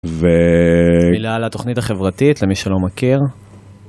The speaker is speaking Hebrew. ו... מילה לתוכנית החברתית למי שלא מכיר